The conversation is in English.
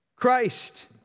Christ